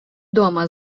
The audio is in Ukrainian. дома